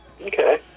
Okay